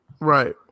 right